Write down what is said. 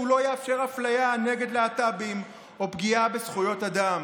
שהוא לא יאפשר אפליה נגד להט"בים או פגיעה בזכויות אדם.